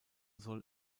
soll